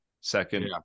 Second